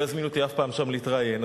שלא יזמינו אותי אף פעם להתראיין שם,